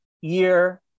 year